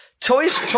toys